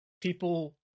people